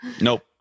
nope